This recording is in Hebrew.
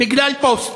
בגלל פוסט,